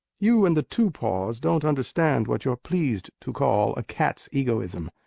you and the two-paws don't understand what you're pleased to call a cat's egoism.